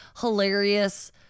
hilarious